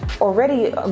already